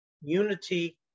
unity